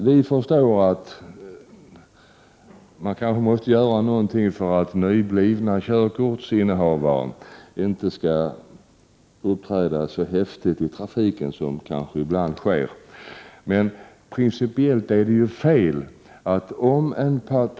Vi förstår att man kanske måste göra någonting för att nyblivna körkortsinnehavare inte skall uppträda så häftigt i trafiken som ibland kanske sker, men principiellt är detta förslag felaktigt.